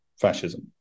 fascism